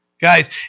Guys